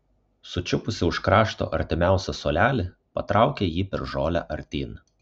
sučiupusi už krašto artimiausią suolelį patraukė jį per žolę artyn